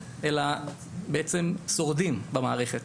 אלא בעצם שורדים במערכת,